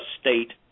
state